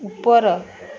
ଉପର